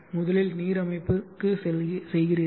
முதலில் நீர் அமைப்புக்கு செய்கிறீர்கள்